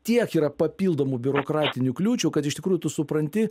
tiek yra papildomų biurokratinių kliūčių kad iš tikrųjų tu supranti